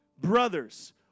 brothers